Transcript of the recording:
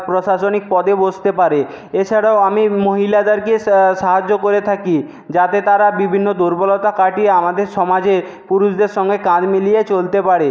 প্রশাসনিক পদে বসতে পারে এছাড়াও আমি মহিলাদেরকে সাহায্য করে থাকি যাতে তারা বিভিন্ন দুর্বলতা কাটিয়ে আমাদের সমাজের পুরুষদের সঙ্গে কাঁধ মিলিয়ে চলতে পারে